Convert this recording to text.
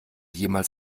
jemals